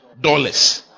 dollars